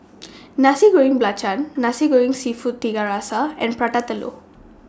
Nasi Goreng Belacan Nasi Goreng Seafood Tiga Rasa and Prata Telur